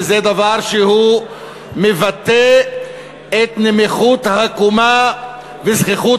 וזה דבר שמבטא את נמיכות הקומה וזחיחות